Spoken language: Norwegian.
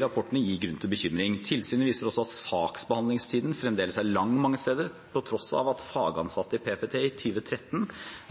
rapportene gir grunn til bekymring. Tilsynet viser også at saksbehandlingstiden fremdeles er lang mange steder, til tross for at fagansatte i PPT i 2013